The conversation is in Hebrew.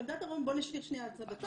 חמדת הדרום, בוא נשאיר שנייה את זה בצד.